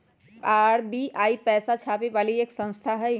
RBI पैसा छापे वाली एक संस्था हई